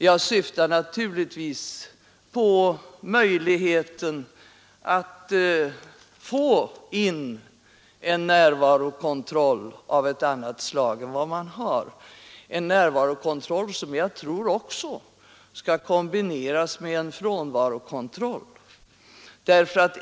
Jag syftar naturligtvis på möjligheten att införa en närvarokontroll av ett annat slag än vad man har, en närvarokontroll som också bör kombineras med en frånvarokontroll.